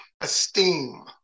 esteem